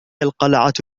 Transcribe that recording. القلعة